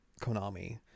Konami